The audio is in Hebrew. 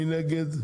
מי נגד?